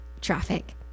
traffic